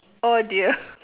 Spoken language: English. oh dear